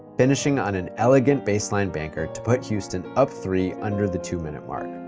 finishing on an elegant baseline banker to put houston up three under the two-minute mark.